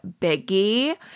biggie